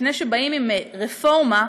לפני שבאים עם רפורמה,